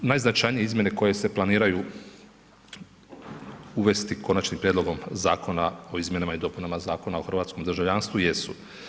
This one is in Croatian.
Stoga najznačajnije izmjene koje se planiraju uvesti Konačnim prijedlogom Zakona o izmjenama i dopunama Zakona o hrvatskom državljanstvu jesu.